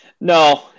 no